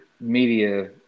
media